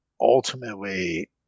Ultimately